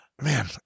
Man